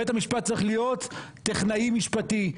בית המשפט צריך להיות טכנאי משפטי,